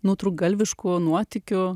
nutrūktgalviškų nuotykių